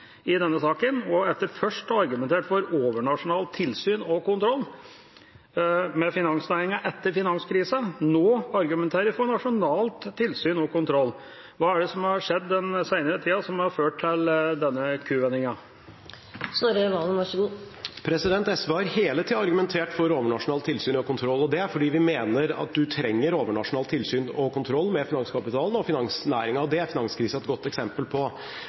i denne saken, og etter først å ha argumentert for overnasjonalt tilsyn og kontroll med finansnæringen etter finanskrisen argumenterer de nå for nasjonalt tilsyn og kontroll. Hva er det som har skjedd den senere tida som har ført til denne kuvendingen? SV har hele tida argumentert for overnasjonalt tilsyn og kontroll, og det er fordi vi mener at man trenger overnasjonalt tilsyn og kontroll med finanskapitalen og finansnæringen. Det er finanskrisen et godt eksempel på.